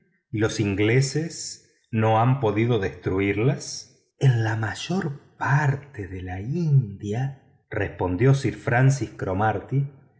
los ingleses no han podido destruirlas en la mayor parte de la india respondió sir